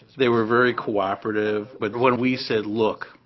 they were very cooperative, but when we said, look,